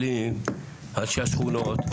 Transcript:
העולים, אנשי השכונות.